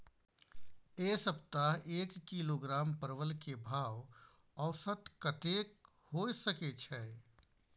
ऐ सप्ताह एक किलोग्राम परवल के भाव औसत कतेक होय सके छै?